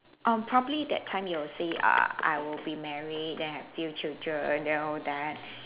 uh probably that time you will say err I will be married then have few children then all that